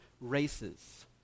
Races